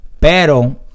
pero